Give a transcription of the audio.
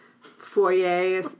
foyer